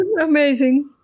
amazing